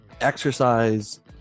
exercise